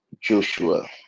Joshua